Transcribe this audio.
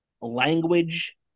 language